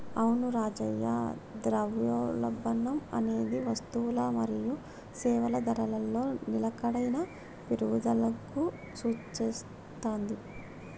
అవును రాజయ్య ద్రవ్యోల్బణం అనేది వస్తువులల మరియు సేవల ధరలలో నిలకడైన పెరుగుదలకు సూచిత్తది